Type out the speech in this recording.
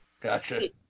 Gotcha